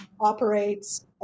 operates